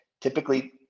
typically